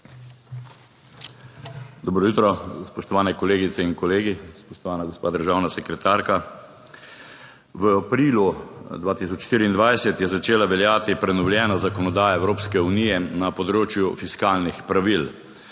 Dobro jutro, spoštovani kolegice in kolegi, spoštovana gospa državna sekretarka! V aprilu 2024 je začela veljati prenovljena zakonodaja Evropske unije na področju fiskalnih pravil.